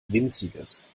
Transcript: winziges